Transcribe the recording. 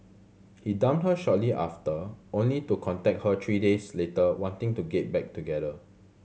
he dumped her shortly after only to contact her three days later wanting to get back together